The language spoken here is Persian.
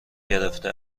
گرفته